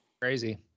Crazy